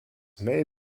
may